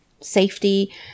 safety